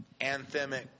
anthemic